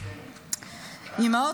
אתם יודעים, יש הרבה מאוד אימהות